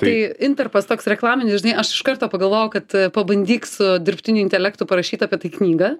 tai intarpas toks reklaminis žinai aš iš karto pagalvojau kad pabandyk su dirbtiniu intelektu parašyt apie tai knygą